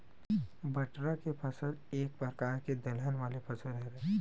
बटरा के फसल एक परकार के दलहन वाले फसल हरय